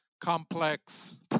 Complex